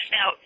Now